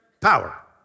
power